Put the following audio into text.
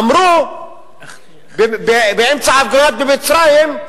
אמרו באמצע ההפגנות במצרים: